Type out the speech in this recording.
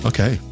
Okay